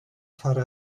fare